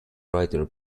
writer